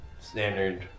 standard